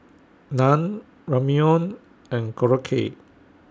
Naan Ramyeon and Korokke